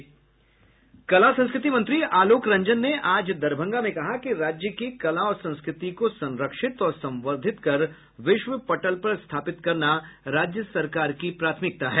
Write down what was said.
कला संस्कृति मंत्री आलोक रंजन ने आज दरभंगा में कहा कि राज्य के कला और संस्कृति को संरक्षित और संवर्धित कर विश्व पटल पर स्थापित करना राज्य सरकार की प्राथमिकता है